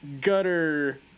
gutter